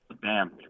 bam